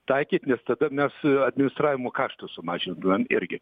taikyt nes tada mes administravimo kaštus sumažintumėm irgi